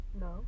No